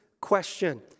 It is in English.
question